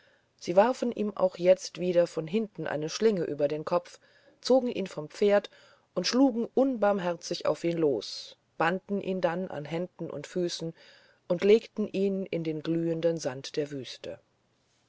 sie warfen ihm auch jetzt wieder von hinten eine schlinge über den kopf zogen ihn vom pferd schlugen unbarmherzig auf ihn los banden ihn dann an händen und füßen und legten ihn in den glühenden sand der wüste